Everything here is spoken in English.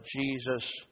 Jesus